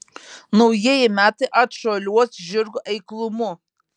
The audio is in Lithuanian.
naujieji metai atšuoliuos žirgo eiklumu